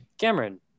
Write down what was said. Cameron